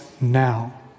now